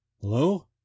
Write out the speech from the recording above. Hello